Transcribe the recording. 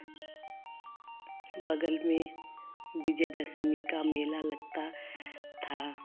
बगल में विजयदशमी का मेला लगता था